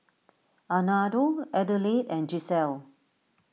Amado Adelaide and Giselle